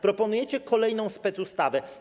Proponujecie kolejną specustawę.